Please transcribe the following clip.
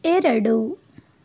ಎರಡು